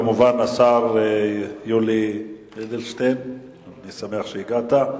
ישיב כמובן השר יולי אדלשטיין, אני שמח שהגעת,